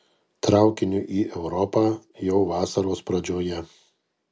traukiniu į europą jau vasaros pradžioje